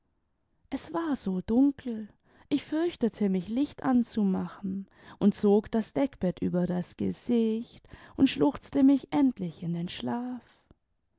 es war so dunkel ich fürchtete mich licht anzumachen und zog das deckbett über das gesicht und schluchzte mich endlich in den schlaf